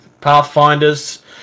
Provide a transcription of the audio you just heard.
pathfinders